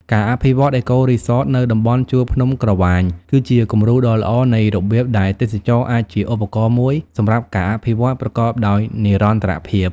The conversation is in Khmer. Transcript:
ការអភិវឌ្ឍ អេកូរីសតនៅតំំបន់ជួរភ្នំក្រវ៉ាញគឺជាគំរូដ៏ល្អនៃរបៀបដែលទេសចរណ៍អាចជាឧបករណ៍មួយសម្រាប់ការអភិវឌ្ឍប្រកបដោយនិរន្តរភាព។